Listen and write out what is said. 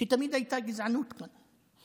שתמיד הייתה גזענות כאן.